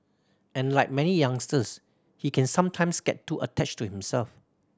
and like many youngsters he can sometimes get too attached to himself